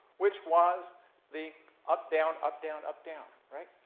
which was the up, down, up, down, up, down, right?